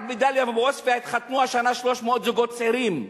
רק בדאליה ובעוספיא התחתנו השנה 300 זוגות צעירים.